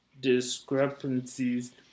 discrepancies